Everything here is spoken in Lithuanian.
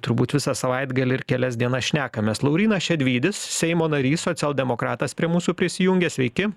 turbūt visą savaitgalį ir kelias dienas šnekamės laurynas šedvydis seimo narys socialdemokratas prie mūsų prisijungė sveiki